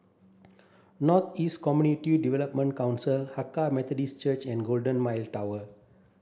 North East Community Development Council Hakka Methodist Church and Golden Mile Tower